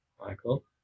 michael